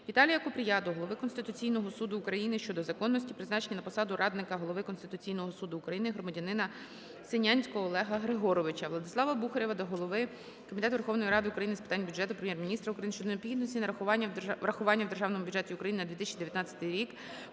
ВіталіяКупрія до Голови Конституційного суду України щодо законності призначення на посаду радника Голови Конституційного Суду України громадянина Синянського Олега Григоровича. ВладиславаБухарєва до голови Комітету Верховної Ради України з питань бюджету, Прем'єр-міністра України щодо необхідності врахування в Державному бюджеті України на 2019 рік